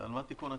על מה תיקון התקן?